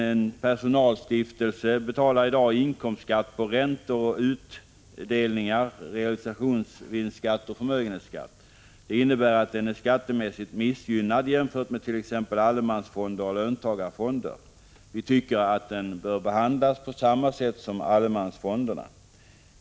En personalstiftelse betalar i dag inkomstskatt på räntor och utdelningar, realisationsvinstskatt och förmögenhetsskatt. Det innebär att den är skattemässigt missgynnad jämfört med t.ex. allemansfonder och löntagarfonder. Vi tycker att den bör behandlas på samma sätt som allemansfonderna.